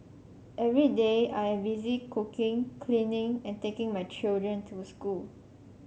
every day I am busy cooking cleaning and taking my children to school